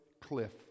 cliff